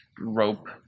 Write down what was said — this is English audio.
rope